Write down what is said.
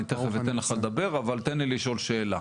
אני תכף אתן לך לדבר, אבל תן לי לשאול שאלה.